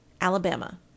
Alabama